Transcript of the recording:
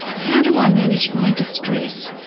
how do i manage my distress,